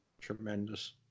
Tremendous